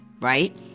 Right